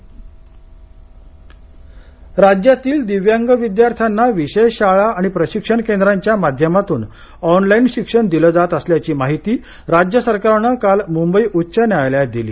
Maharashtra online शिक्षण राज्यातील दिव्यांग विद्यार्थ्यांना विशेष शाळा आणि प्रशिक्षण केंद्रांच्या माध्यमातून ऑनलाईन शिक्षण दिलं जात असल्याची माहिती राज्य सरकारनं काल मुंबई उच्च न्यायालयात दिली